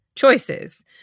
choices